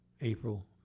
April